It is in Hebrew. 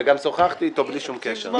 וגם שוחחתי אתו בלי שום קשר.